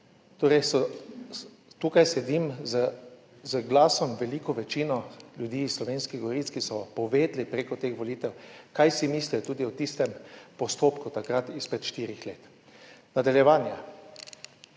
torej tukaj sedim z glasom veliko večino ljudi iz Slovenskih goric, ki so povedali preko teh volitev kaj si mislijo tudi o tistem postopku takrat izpred štirih let. Nadaljevanje.